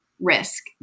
risk